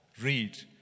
read